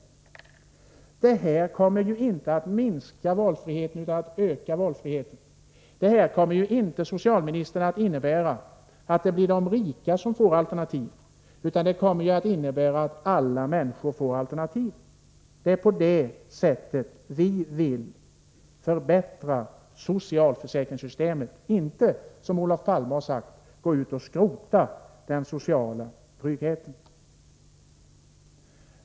Det här kommer inte att minska valfriheten utan att öka den. Det innebär inte, socialministern, att det blir de rika som får alternativen, utan det kommer att innebära att alla människor får alternativ. Det är på det sättet vi vill förbättra socialförsäkringssystemet — inte på det sätt Olof Palme har sagt, att man skall gå ut och skrota den sociala tryggheten.